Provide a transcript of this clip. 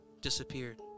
disappeared